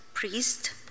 priest